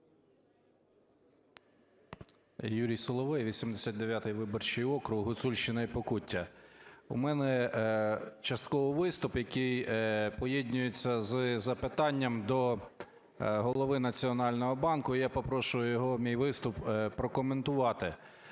Юрій Соловей, 89 виборчий округ, Гуцульщина і Покуття. У мене частково виступ, який поєднується з запитанням до Голови Національного банку. Я попрошу його мій виступ прокоментувати.